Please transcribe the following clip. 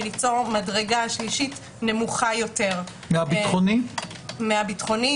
ליצור מדרגה שלישית נמוכה יותר מהביטחוני או